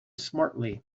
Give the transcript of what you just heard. smartly